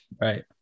Right